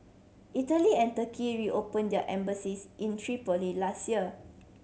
Italy and Turkey reopen their embassies in Tripoli last year